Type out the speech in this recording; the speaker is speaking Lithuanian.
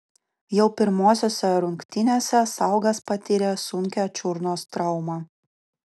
jau pirmosiose rungtynėse saugas patyrė sunkią čiurnos traumą